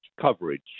coverage